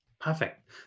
Perfect